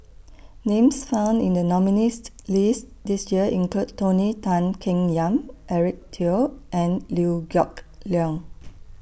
Names found in The nominees' list This Year include Tony Tan Keng Yam Eric Teo and Liew Geok Leong